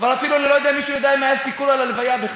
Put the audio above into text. כבר אפילו אני לא יודע אם מישהו יודע אם היה סיקור של ההלוויה בכלל.